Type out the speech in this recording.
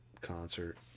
concert